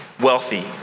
wealthy